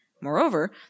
Moreover